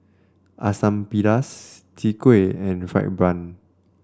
Asam Pedas Chwee Kueh and fried bun